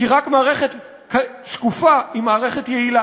כי רק מערכת שקופה היא מערכת יעילה.